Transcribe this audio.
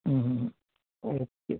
hmm hmm okay